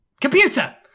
Computer